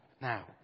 now